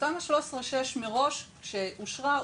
תמ"א 6/13 מראש שאושרה,